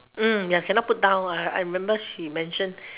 mm ya cannot put down I remember she mention